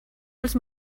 els